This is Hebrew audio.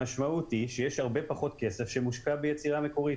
המשמעות היא שיש הרבה פחות כסף שמוקע ביצירה מקורית.